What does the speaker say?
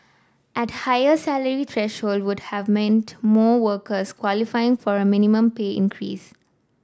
at higher salary threshold would have meant more workers qualifying for a minimum pay increase